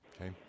okay